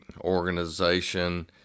organization